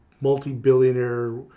multi-billionaire